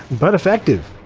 but effective.